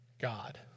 God